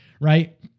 right